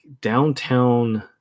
downtown